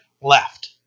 left